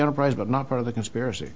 enterprise but not part of the conspiracy